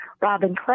Robin